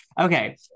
okay